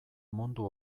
mundu